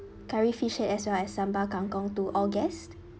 curry fish head as well as sambal kangkong to all guests